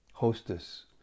Hostess